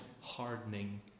hardening